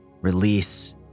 release